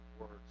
words